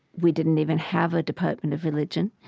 we didn't even have a department of religion.